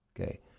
Okay